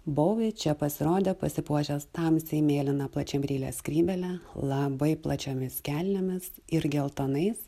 bouvi čia pasirodė pasipuošęs tamsiai mėlyna plačiabryle skrybėle labai plačiomis kelnėmis ir geltonais